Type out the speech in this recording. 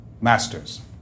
masters